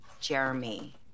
Jeremy